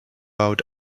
out